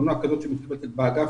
תלונה כזאת שמגיעה לאגף,